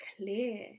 clear